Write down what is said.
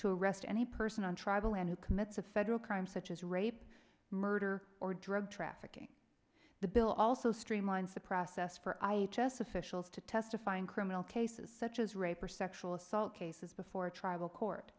arrest any person on travel and who commits a federal crime such as rape murder or drug trafficking the bill also streamlines the process for i just officials to testify in criminal cases such as rape or sexual assault cases before a tribal court